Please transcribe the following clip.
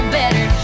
better